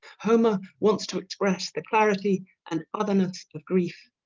homer wants to express the clarity and otherness of grief